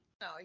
no